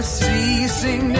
ceasing